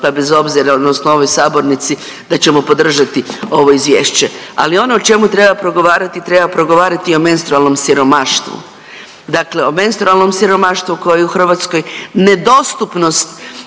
pa bez obzira, odnosno u ovoj sabornici da ćemo podržati ovo Izvješće. Ali ono o čemu treba progovarati, treba progovarati o menstrualnom siromaštvu, dakle o menstrualnom siromaštvu koji u Hrvatskoj nedostupnost